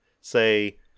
say